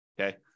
Okay